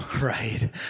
right